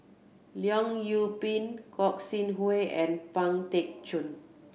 Leong Yoon Pin Gog Sing Hooi and Pang Teck Joon